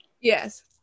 Yes